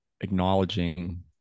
acknowledging